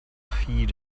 feet